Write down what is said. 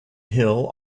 hill